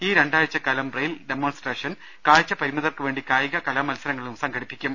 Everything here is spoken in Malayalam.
ഈ രണ്ടാഴ്ചക്കാലം ബ്രെയിൽ ഡെമോൺസ്ട്രേഷൻ കാഴ്ച പരിമിതർക്കുവേണ്ടി കായിക കലാ മത്സരങ്ങൾ സംഘടിപ്പിക്കും